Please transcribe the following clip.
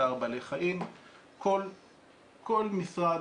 כל משרד